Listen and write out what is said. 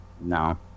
no